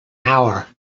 hour